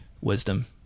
wisdom